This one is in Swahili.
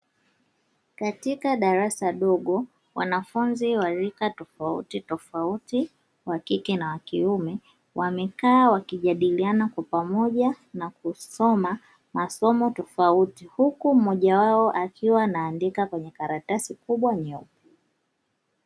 Katika darasa dogo, wanafunzi wa rika tofautitofauti (wa kike na wa kiume), wamekaa wakijadiliana kwa pamoja na kusoma masomo tofauti, huku mmoja wao akiwa anaandika kwenye karatasi kubwa nyeupe.